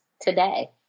today